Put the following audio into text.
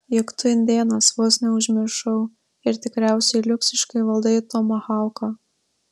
juk tu indėnas vos neužmiršau ir tikriausiai liuksiškai valdai tomahauką